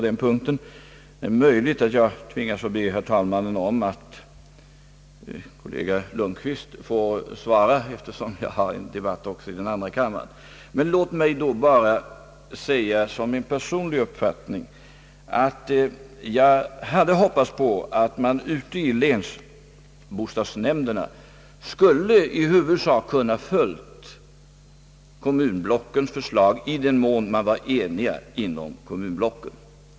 Det är möjligt att jag tvingas be herr talmannen om att min kollega, statsrådet Lundkvist, får svara, eftersom jag har en debatt också i andra kammaren. Låt mig bara säga som min personliga uppfattning att jag hade hoppats på att länsbostadsnämnderna i huvudsak skulle ha kunnat följa kommunblockens förslag i den mån man var enig inom kommunblocken.